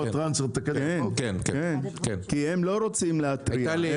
כי הם לא רוצים להתריע.